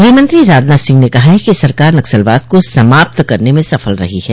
गृहमंत्री राजनाथ सिंह ने कहा है कि सरकार नक्सलवाद को समाप्त करने में सफल रही है